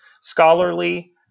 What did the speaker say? scholarly